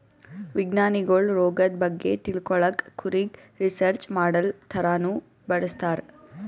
ವಿಜ್ಞಾನಿಗೊಳ್ ರೋಗದ್ ಬಗ್ಗೆ ತಿಳ್ಕೊಳಕ್ಕ್ ಕುರಿಗ್ ರಿಸರ್ಚ್ ಮಾಡಲ್ ಥರಾನೂ ಬಳಸ್ತಾರ್